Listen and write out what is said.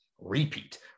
repeat